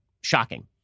shocking